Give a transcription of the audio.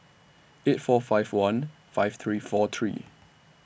eight four five one five three four three